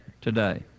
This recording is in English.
Today